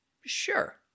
Sure